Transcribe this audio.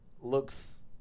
looks